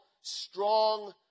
strong